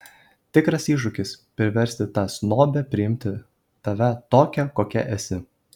tikras iššūkis priversti tą snobę priimti tave tokią kokia esi